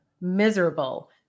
miserable